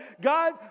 God